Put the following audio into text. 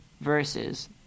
verses